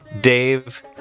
Dave